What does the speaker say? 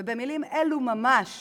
ובמילים אלו ממש